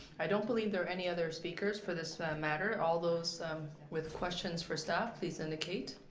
i don't believe there are any other speakers for this matter. all those with questions for staff, please indicate?